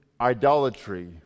idolatry